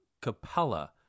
Capella